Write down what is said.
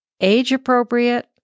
age-appropriate